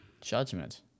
Judgment